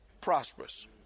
prosperous